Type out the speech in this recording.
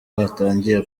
batangiye